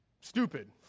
stupid